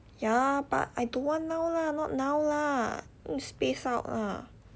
ya but I don't want now lah not now lah need to space out lah